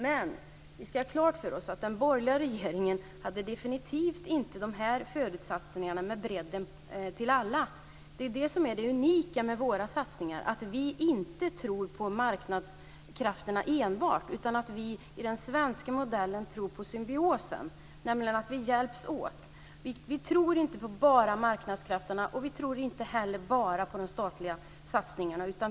Men vi ska ha klart för oss att den borgerliga regeringen definitivt inte hade sådana föresatser om en bredd som omfattar alla. Det unika med våra satsningar är att vi inte tror enbart på marknadskrafterna, utan att vi i den svenska modellen tror på symbiosen och på att hjälpas åt. Vi tror inte enbart på marknadskrafterna, och vi tror inte heller enbart på de statliga satsningarna.